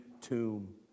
tomb